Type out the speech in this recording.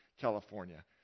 California